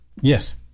Yes